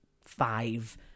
five